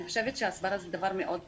אני חושבת שהסברה זה דבר מאוד חשוב,